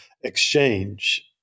exchange